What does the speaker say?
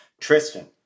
Tristan